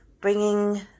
bringing